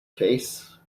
case